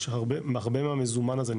יש הרבה מהמזומן הזה,